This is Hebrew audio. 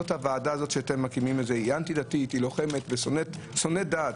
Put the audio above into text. היא אנטי-דתית, לוחמת ושונאת דת.